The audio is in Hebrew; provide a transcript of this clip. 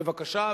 בבקשה,